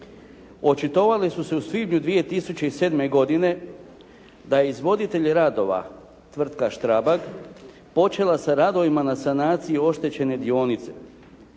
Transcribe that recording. očitovale su se u svibnju 2007. godine da izvoditelj radova, tvrtka Štrabad, počela sa radovima na sanaciji oštećene dionice,